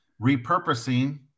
repurposing